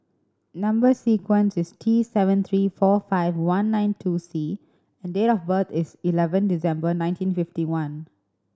number sequence is T seven three four five one nine two C and date of birth is eleven December nineteen fifty one